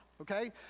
okay